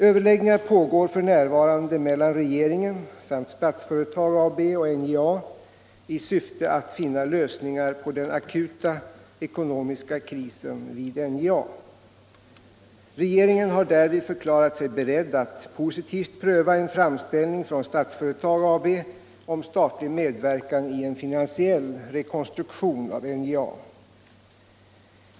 Överläggningar pågår f. n. mellan regeringen samt Statsföretag AB och NJA i syfte att finna lösningar på den akuta ekonomiska krisen vid NJA. Regeringen har därvid förklarat sig beredd att positivt pröva en framställning från Statsföretag AB om statlig medverkan i en finansiell rekonstruktion av NJA.